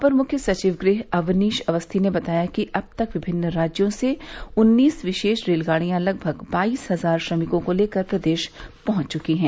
अपर मुख्य सचिव गृह अवनीश अवस्थी ने बताया कि अब तक विभिन्न राज्यों से उन्नीस विशेष रेलगाड़ियां लगभग बाइस हजार श्रमिकों को लेकर प्रदेश पहुंच चुकी हैं